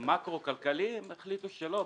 מקרו-כלכליים החליטו שלא,